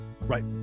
Right